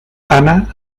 ana